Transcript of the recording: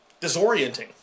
Disorienting